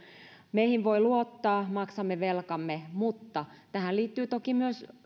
meihin voi luottaa maksamme velkamme mutta tähän liittyy toki myös